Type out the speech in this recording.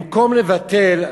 במקום לבטל,